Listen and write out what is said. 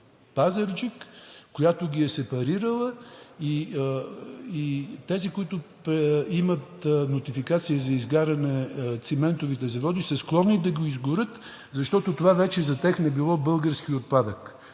Пазарджик, която ги е сепарирала, и тези, които имат нотификация за изгаряне – Циментовите заводи, са склонни да го изгорят, защото това вече за тях не било български отпадък.